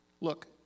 look